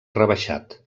rebaixat